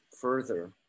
further